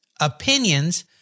opinions